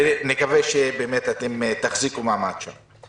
ונקווה שאתם תחזיקו מעמד שם.